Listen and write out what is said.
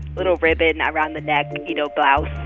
little ribbon around the neck, you know, blouse.